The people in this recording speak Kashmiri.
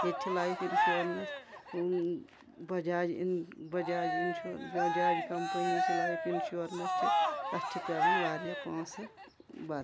ییٚتہِ چھِ لایف اِنشورنَس بَجاج اِن بَجاج اِنشور بَجاج کمپٔنی چھِ لایف اِنشورنَس چھِ تَتھ چھِ پٮ۪وان واریاہ پونٛسہٕ بَ